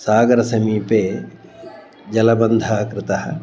सागरसमीपे जलबन्धः कृतः